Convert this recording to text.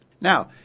Now